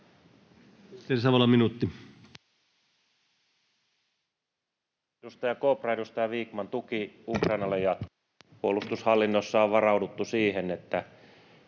Edustaja Kopra edustaja Vikman, tuki Ukrainalle jatkuu. Puolustushallinnossa on varaudu siihen, että